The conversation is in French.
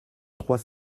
trois